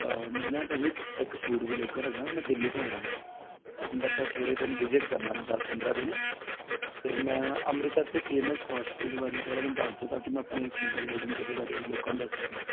ਮੈਂ ਨਾ ਭਾਅ ਜੀ ਇੱਕ ਫੂਡ ਵਲੋਗਰ ਹੈਗਾ ਮੈਂ ਦਿੱਲੀ ਤੋਂ ਆਇਆ ਵਾਂ ਅੰਮ੍ਰਿਤਸਰ ਥੋੜ੍ਹੇ ਦਿਨ ਵਿਜਿਟ ਕਰਨਾ ਮੈਂ ਦਸ ਪੰਦਰ੍ਹਾਂ ਦਿਨ ਅਤੇ ਮੈਂ ਅੰਮ੍ਰਿਤਸਰ ਦੇ ਫੇਮਸ ਫਾਸਟ ਫੂਡ ਬਾਰੇ ਥੋੜ੍ਹਾ ਮੈਨੂੰ ਦੱਸ ਦਿਓ ਤਾਂ ਕਿ ਮੈਂ ਆਪਣੇ ਫੂਡ ਵਲੋਗਿੰਗ 'ਚ ਇਹਦੇ ਬਾਰੇ ਲੋਕਾਂ ਨੂੰ ਦੱਸ ਸਕਾਂ